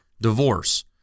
divorce